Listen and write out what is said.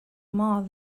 more